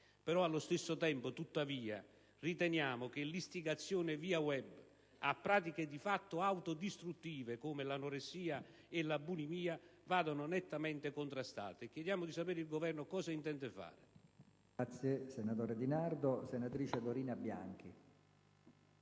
allo spesso tempo, tuttavia, riteniamo che l'istigazione via *web* a pratiche di fatto autodistruttive, come l'anoressia e la bulimia, vada nettamente contrastata. Chiediamo dunque di sapere cosa il Governo intenda fare